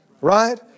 right